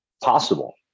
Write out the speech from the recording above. possible